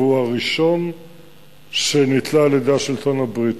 והוא הראשון שנתלה על-ידי השלטון הבריטי.